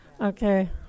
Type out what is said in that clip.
Okay